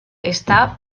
esta